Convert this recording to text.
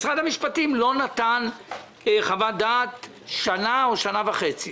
משרד המשפטים לא נתן חוות דעת שנה או שנה וחצי".